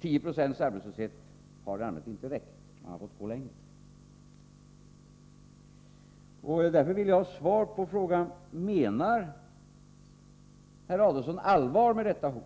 10 96 arbetslöshet har i allmänhet inte räckt; man har fått gå längre. Därför vill jag ha ett svar på frågan: Menar herr Adelsohn allvar med detta hot,